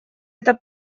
это